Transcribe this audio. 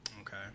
Okay